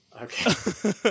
Okay